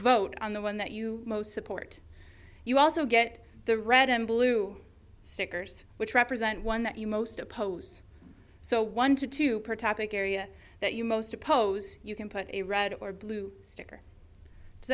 vote on the one that you most support you also get the red and blue stickers which represent one that you most oppose so one to two area that you most oppose you can put a red or blue sticker